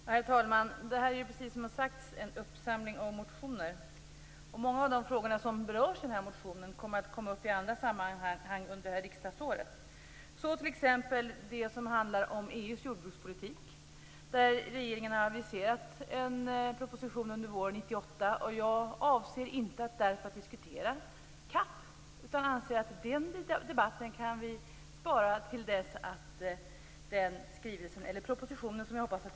Herr talman! Det här betänkandet behandlar precis som det har sagts en uppsamling av motioner. Många av de frågor som berörs i motionerna kommer att tas upp i andra sammanhang under detta riksmöte. Det gäller t.ex. frågan om EU:s jordbrukspolitik. Regeringen har aviserat en proposition under våren 1998. Därför avser jag inte att nu diskutera CAP. Den debatten kan vi spara till dess att propositionen läggs fram.